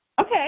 Okay